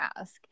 ask